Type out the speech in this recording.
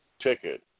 ticket